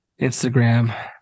instagram